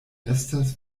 estas